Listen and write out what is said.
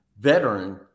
veteran